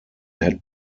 had